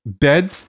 dead